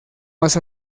más